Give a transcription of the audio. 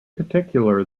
particular